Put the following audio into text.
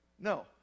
No